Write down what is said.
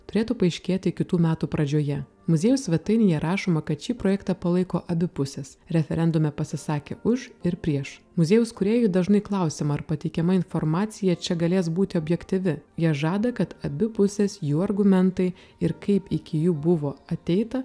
turėtų paaiškėti kitų metų pradžioje muziejaus svetainėje rašoma kad šį projektą palaiko abi pusės referendume pasisakė už ir prieš muziejaus kūrėjų dažnai klausiama ar pateikiama informacija čia galės būti objektyvi jie žada kad abi pusės jų argumentai ir kaip iki jų buvo ateita